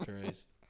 Christ